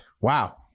Wow